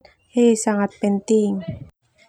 He sangat penting.